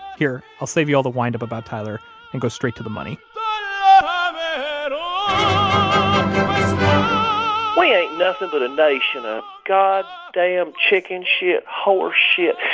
here, i'll save you all the wind up about tyler and go straight to the money um we ain't nothing but a nation ah of goddamn, chicken-shit, horse-shit,